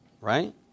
right